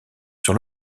sur